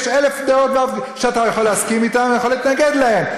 יש אלף דעות שאתה יכול להסכים להן ואתה יכול להתנגד להן,